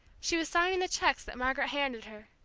she was signing the cheques that margaret handed her,